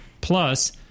plus